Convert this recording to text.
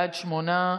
בעד, שמונה.